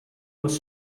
was